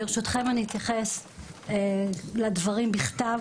ברשותכם אני אתייחס לדברים בכתב,